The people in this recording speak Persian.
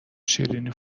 شیرینی